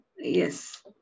Yes